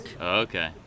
Okay